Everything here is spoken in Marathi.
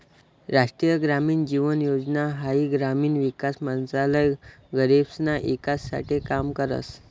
राष्ट्रीय ग्रामीण जीवन योजना हाई ग्रामीण विकास मंत्रालय गरीबसना ईकास साठे काम करस